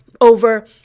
over